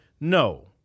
No